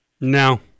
No